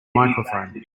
microphone